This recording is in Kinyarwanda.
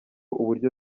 uburyo